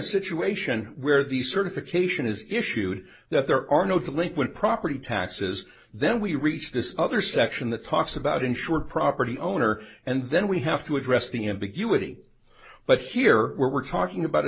situation where the certification is issued that there are no delinquent property taxes then we reach this other section that talks about insured property owner and then we have to address the ambiguity but here we're talking about a